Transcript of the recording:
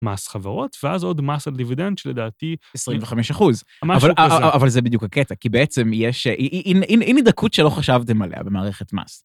מס חברות, ואז עוד מס על דיבידנד שלדעתי 25 אחוז. משהו כזה. אבל זה בדיוק הקטע, כי בעצם יש, הנה דקות שלא חשבתם עליה במערכת מס.